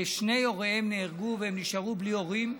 שני הוריהם נהרגו והם נשארו בלי הורים.